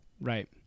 Right